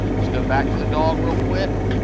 let's go back to the dog real quick.